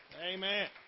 Amen